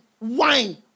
wine